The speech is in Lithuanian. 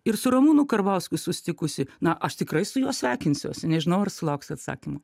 ir su ramūnu karbauskiu susitikusi na aš tikrai su juo sveikinsiuosi nežinau ar sulauksiu atsakymo